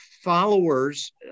followers